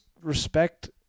respect